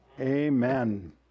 Amen